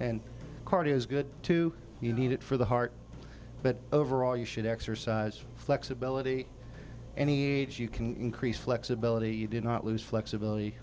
and cardio is good too you need it for the heart but overall you should exercise flexibility any age you can increase flexibility you do not lose flexibility